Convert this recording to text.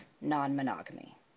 non-monogamy